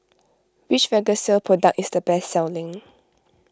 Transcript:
which Vagisil product is the best selling